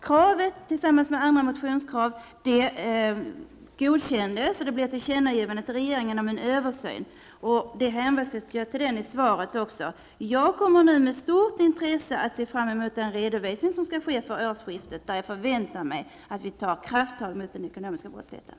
Detta tillsammans med andra liknande motionskrav godkändes och ledde till ett tillkännagivande till regeringen om en översyn, till vilken det hänvisas i svaret. Jag kommer nu med stort intresse att se fram mot den redovisning som skall ske före årsskiftet. Jag förväntar mig att man tar krafttag mot den ekonomiska brottsligheten.